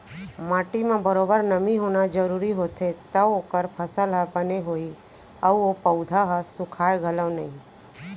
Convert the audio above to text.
माटी म बरोबर नमी होना जरूरी होथे तव ओकर फसल ह बने होही अउ ओ पउधा ह सुखाय घलौ नई